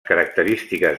característiques